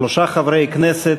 שלושה חברי כנסת